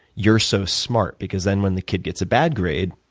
you're so smart. because then when the kid gets a bad grade,